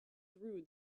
threw